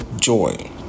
joy